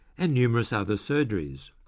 and numerous other surgeries.